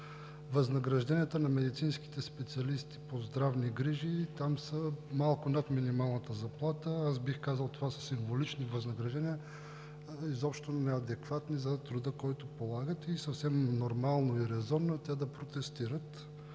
възнагражденията на медицинските специалисти по здравни грижи са малко над минималната заплата. Бих казал, това са символични възнаграждения, изобщо неадекватни за труда, който полагат. Съвсем нормално и резонно е те да протестират.